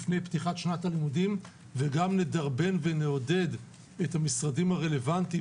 לפני פתיחת שנת הלימודים וגם נדרבן ונעודד את המשרדים הרלוונטיים,